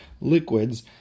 liquids